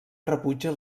rebutja